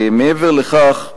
מעבר לכך,